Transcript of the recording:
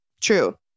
True